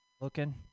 looking